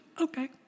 okay